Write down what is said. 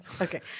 Okay